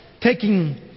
Taking